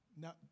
Now